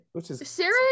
Sarah